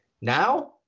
Now